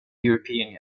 european